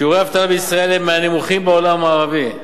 שיעורי האבטלה בישראל הם מהנמוכים בעולם המערבי.